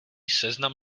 seznam